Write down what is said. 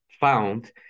found